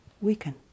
weaken